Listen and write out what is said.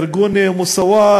ארגון "מוסאוא",